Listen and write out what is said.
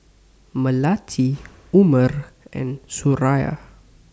Melati Umar and Suraya